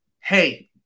hey